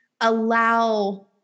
allow